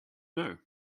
know